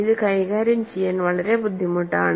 ഇത് കൈകാര്യം ചെയ്യാൻ വളരെ ബുദ്ധിമുട്ടാണ്